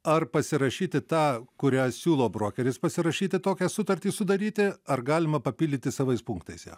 ar pasirašyti tą kurią siūlo brokeris pasirašyti tokią sutartį sudaryti ar galima papildyti savais punktais ją